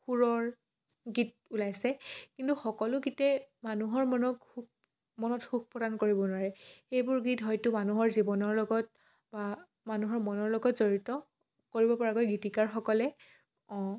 সুৰৰ গীত ওলাইছে কিন্তু সকলো গীতে মানুহৰ মনক সুখ মনত সুখ প্ৰদান কৰিব নোৱাৰে এইবোৰ গীত হয়তো মানুহৰ জীৱনৰ লগত বা মানুহৰ মনৰ লগত জড়িত কৰিব পৰাকৈ গীতিকাৰসকলে অঁ